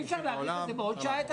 אי אפשר להאריך את הישיבה בעוד שעה?